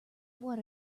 what